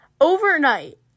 Overnight